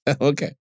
Okay